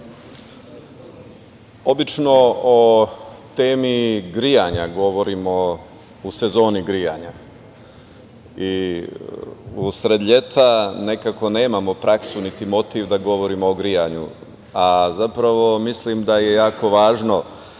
obično o temi grejanja govorimo u sezoni grejanja. U sred leta nekako nemamo praksu, niti motiv da govorimo o grejanju, a zapravo mislim da je jako važno